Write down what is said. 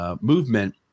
movement